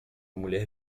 mulher